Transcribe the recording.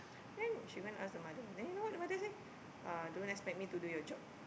then she go and ask the mother then you know what the mother say uh don't expect me to do your job